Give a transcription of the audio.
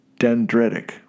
dendritic